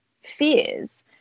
fears